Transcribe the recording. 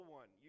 one